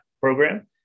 program